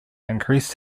increased